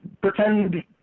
pretend